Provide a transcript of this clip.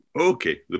Okay